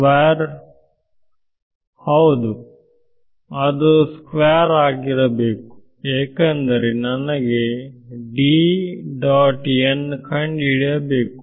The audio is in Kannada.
ವಿದ್ಯಾರ್ಥಿ ಚೌಕ ಹೌದು ಸರಿ ಅದು ಚೌಕ ವಾಗಿರಬೇಕು ಏಕೆಂದರೆ ನನಗೆ ಕಂಡುಹಿಡಿಯಬೇಕು